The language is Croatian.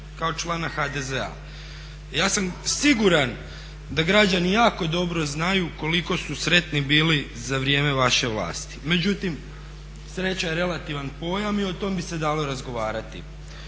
kao člana HDZ-a. Ja sam siguran da građani jako dobro znaju koliko su sretni bili za vrijeme vaše vlasti, međutim sreća je relativan pojam i o tom bi se dalo razgovarati.